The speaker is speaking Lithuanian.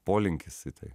polinkis į tai